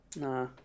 Nah